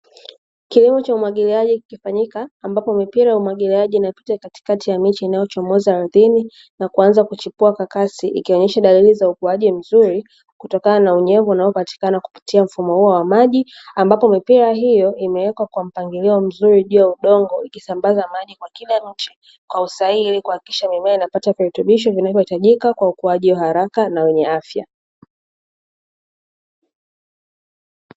Kilimo cha umwagiliaji kikifanyika ambapo mipira ya umwagiliaji na inapita katikati ya mechi inayochomoza ardhini na kuanza kuchipua kakasi ikionyesha dalili za ukuaji mzuri kutokana na unyevu na upatikana kupitia mfumo huo wa maji ambapo mipira hiyo imewekwa kwa mpangilio mzuri juu ya udongo ikisambaza maji kwa kila nchi kwa usahihi ili kuhakikisha mimea inapata kurekebisho vinavyohitajika kwa ukuaji wa haraka na wenye afya.